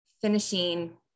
finishing